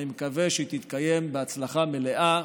ואני מקווה שהיא תתקיים בהצלחה מלאה.